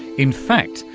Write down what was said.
in fact,